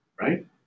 right